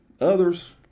Others